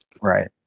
right